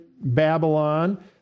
Babylon